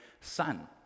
sun